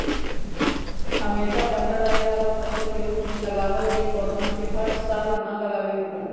हमेशा बनल रहे वाला फसल के रूप में लगावल गैल पौधवन के हर साल न लगावे पड़ा हई